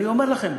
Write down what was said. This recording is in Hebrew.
אני אומר לכם,